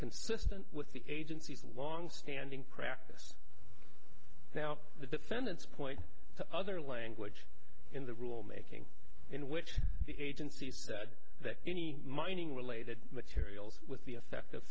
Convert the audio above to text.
consistent with the agency's longstanding practice now the defendants point to other language in the rulemaking in which the agency said that any mining related materials with the effect of